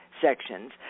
sections